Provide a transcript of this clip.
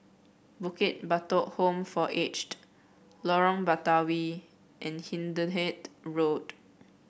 Bukit Batok Home for Aged Lorong Batawi and Hindhede Road